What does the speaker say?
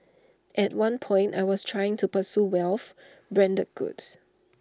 at one point I was trying to pursue wealth branded goods